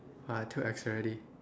!wah! too ex already